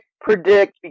predict